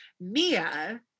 Mia